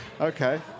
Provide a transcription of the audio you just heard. Okay